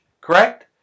correct